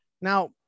Now